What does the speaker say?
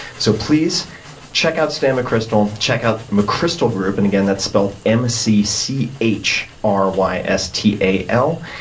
so please check out stan mcchrystal, check out mcchrystal group, and, again, that's spelled m c c h r y s t a l.